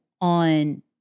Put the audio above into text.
on